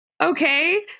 okay